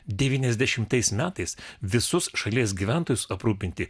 devyniasdešimtais metais visus šalies gyventojus aprūpinti